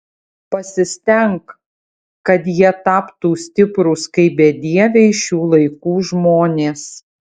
pasistenk kad jie taptų stiprūs kaip bedieviai šių laikų žmonės